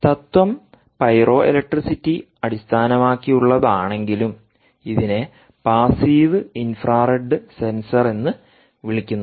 തത്ത്വം പൈറോഇലക്ട്രിസിറ്റി അടിസ്ഥാനമാക്കിയുള്ളതാണെങ്കിലും ഇതിനെ പാസീവ് ഇൻഫ്രാറെഡ് സെൻസർ എന്ന് വിളിക്കുന്നു